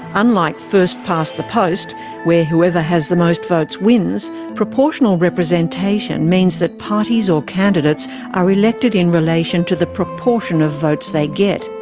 unlike first past the post where whoever has the most votes wins, proportional representation means that parties or candidates are elected in relation to the proportion of votes they get.